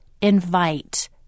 invite